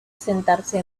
asentarse